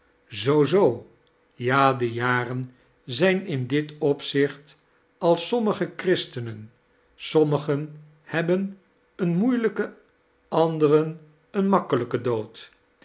zoo zoo ja de jaren zijn in dit opzicht als sommige christesoen sommige bebben een moeilijiken anderg een gemakkelijken dood